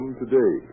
today